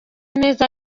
neza